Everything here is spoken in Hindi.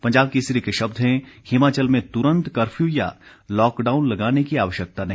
पंजाब केसरी के शब्द हैं हिमाचल में तुरंत कफ्यू या लॉकडाउन लगाने की आवश्यकता नहीं